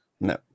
no